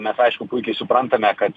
mes aišku puikiai suprantame kad